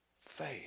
Faith